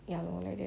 ya lor like that